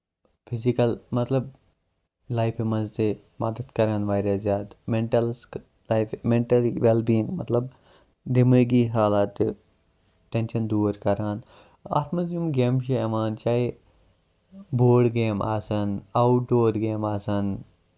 physical مطلب لایفہِ منٛز تہِ مدتھ کران واریاہ زیادٕ مینٹسل لایفہِ مینٹل ویٚل بیٖگ مطلب دٮ۪مٲغی حالاتہٕ ٹینشن دوٗر کران اتھ منٛز یِم گیمہٕ چھِ یِوان چاہے بوڈ گیم آسن اَوُٹ ڈور گیمہٕ آسن